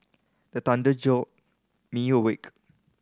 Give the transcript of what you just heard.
the thunder jolt me awake